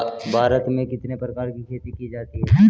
भारत में कितने प्रकार की खेती की जाती हैं?